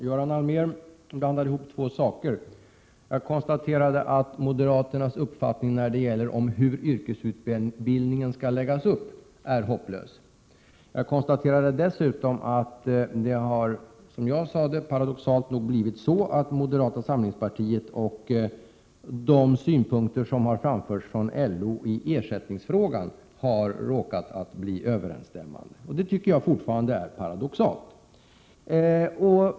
Herr talman! Göran Allmér blandar ihop två saker. Jag sade att moderaternas uppfattning om hur yrkesutbildningen skall läggas upp är hopplös. Jag konstaterade dessutom att det paradoxalt nog hade blivit så att moderata samlingspartiets och LO:s synpunkter i ersättningsfrågan har råkat bli överensstämmande. Det tycker jag fortfarande är paradoxalt.